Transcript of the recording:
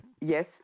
Yes